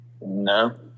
no